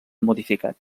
modificat